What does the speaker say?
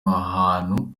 ahantu